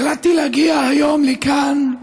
החלטתי להגיע היום לכאן,